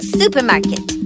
supermarket